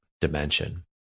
dimension